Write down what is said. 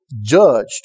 judged